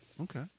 Okay